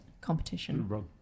competition